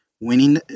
winning